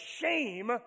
shame